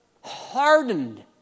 hardened